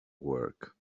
work